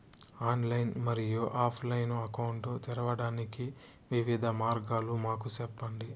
Online మరియు offline account తెరవడానికి వివిధ మార్గాలు మాకు సెప్పండి?